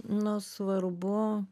nu svarbu